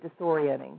disorienting